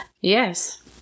Yes